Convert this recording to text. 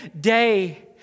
day